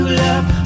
love